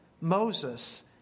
Moses